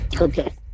Okay